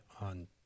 on